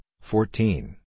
fourteen